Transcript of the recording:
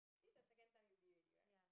this the second time you'll be already right